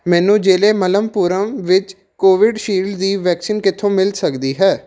ਮੈਨੂੰ ਜ਼ਿਲ੍ਹੇ ਮਲਮਪੁਰਮ ਵਿੱਚ ਕੋਵਿਡਸ਼ੀਲਡ ਦੀ ਵੈਕਸੀਨ ਕਿੱਥੋਂ ਮਿਲ ਸਕਦੀ ਹੈ